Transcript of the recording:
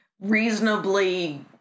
reasonably